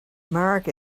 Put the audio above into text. marek